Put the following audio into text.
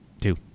Two